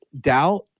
doubt